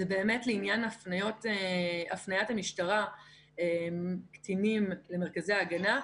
לעניין הפניית המשטרה את הקטינים למרכזי הגנה.